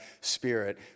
spirit